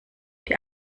die